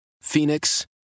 Phoenix